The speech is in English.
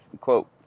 quote